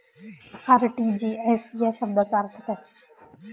RTGS या शब्दाचा अर्थ काय?